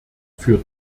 für